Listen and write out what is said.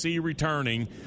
returning